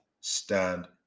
stand